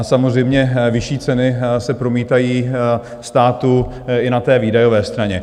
Samozřejmě, vyšší ceny se promítají státu i na výdajové straně.